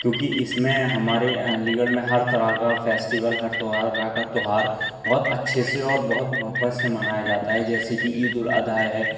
کیوں کہ اس میں ہمارے علی گڑھ میں ہر طرح کا فیسٹیول ہر تہوار ہر تہوار بہت اچھے سے اور بہت محبت سے منایا جاتا ہے جیسے كہ عیدالاضحیٰ ہے